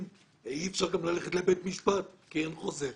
אי אפשר גם ללכת לבית משפט כי אין חוזה.